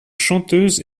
chanteuse